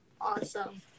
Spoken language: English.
Awesome